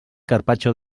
carpaccio